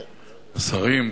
השרים,